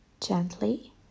Gently